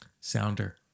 Sounder